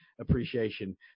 appreciation